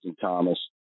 Thomas